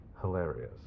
Hilarious